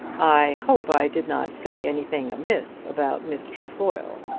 i hope i did not say anything amiss about miss trefoil,